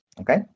Okay